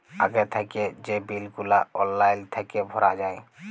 আগে থ্যাইকে যে বিল গুলা অললাইল থ্যাইকে ভরা যায়